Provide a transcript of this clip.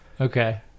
Okay